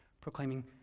proclaiming